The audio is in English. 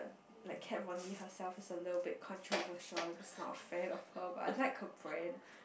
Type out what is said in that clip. like Kat-Von-D herself is a little bit controversial I'm just not a fan of her but I just like her brand